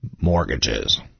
mortgages